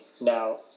Now